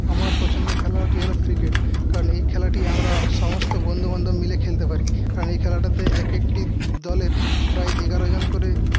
আমার পছন্দের খেলাটি হল ক্রিকেট কারণ এই খেলাটি আমরা সমস্ত বন্ধু বান্ধব মিলে খেলতে পারি কারণ এই খেলাটাতে এক একটি দলের প্রায় এগারো জন করে